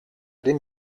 dem